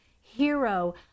hero